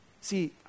See